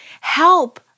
Help